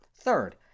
Third